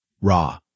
raw